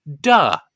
duh